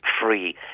free